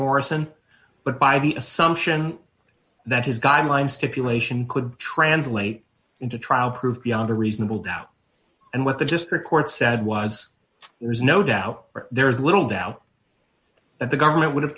morrison but by the assumption that his guidelines to people asian could translate into trial proved beyond a reasonable doubt and what they just report said was there is no doubt there is little doubt that the government would have